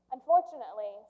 Unfortunately